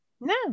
No